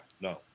no